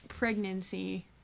pregnancy